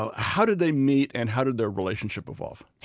ah how did they meet and how did their relationship evolve?